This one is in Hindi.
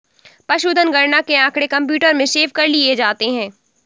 पशुधन गणना के आँकड़े कंप्यूटर में सेव कर लिए जाते हैं